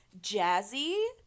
jazzy